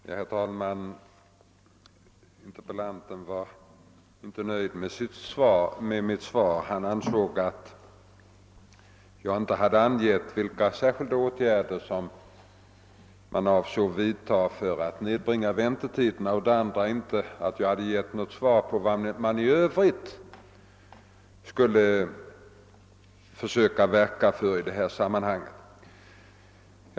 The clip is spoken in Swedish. Herr talman! Interpellanten var inte nöjd med mitt svar. Han ansåg för det första att jag inte hade angivit vilka särskilda åtgärder som man avsåg vidtaga för att nedbringa väntetiderna och för det andra att jag inte givit något svar på vad man i övrigt skulle försöka att verka för i det här sammanhanget.